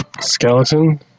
skeleton